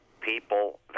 people